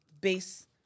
base